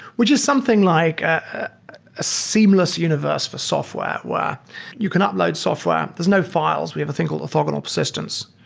which is something like ah a seamless universe for software where you cannot load software. there's no files. we have a think called orthogonal persistence.